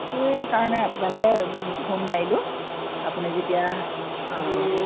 সেইটোৱেই কাৰণে আপোনালে ফোন মাৰিলোঁ আপুনি যেতিয়া